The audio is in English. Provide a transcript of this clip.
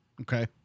Okay